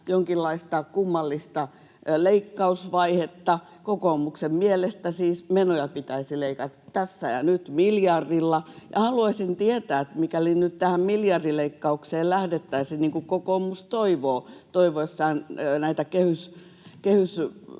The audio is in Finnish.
jonkinlaista kummallista leikkausvaihetta. Kokoomuksen mielestä siis menoja pitäisi leikata tässä ja nyt miljardilla, ja haluaisin tietää, että mikäli nyt tähän miljardileikkaukseen lähdettäisiin, niin kuin kokoomus toivoo toivoessaan näitä kehyspidätyksiä,